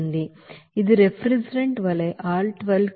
ఇది రిఫ్రిజిరెంట్ వలే R 12